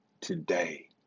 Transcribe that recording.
today